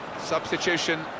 Substitution